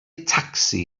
tacsi